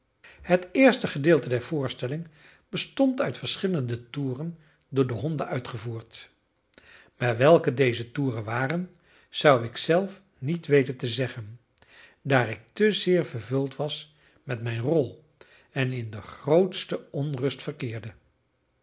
het eerste gedeelte der voorstelling bestond uit verschillende toeren door de honden uitgevoerd maar welke deze toeren waren zou ik zelf niet weten te zeggen daar ik te zeer vervuld was met mijn rol en in de grootste onrust verkeerde